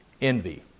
envy